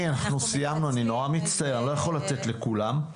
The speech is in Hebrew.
אני לא אוכלת בשר כבר 12, 13 שנה,